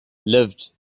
lived